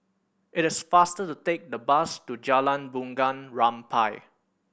it is faster to take the bus to Jalan Bunga Rampai